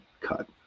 cut